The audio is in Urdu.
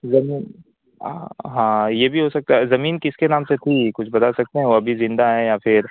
زمین ہاں یہ بھی ہو سکتا ہے زمین کس کے نام سے تھی کچھ بتا سکتے ہیں وہ ابھی زندہ ہے یا پھر